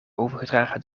overgedragen